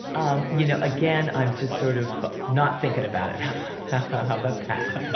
um you know again, i'm just sort of not thinking about it. how how about that?